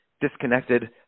disconnected